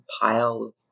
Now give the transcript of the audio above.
pile